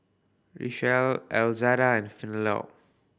Richelle Elzada and